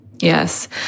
Yes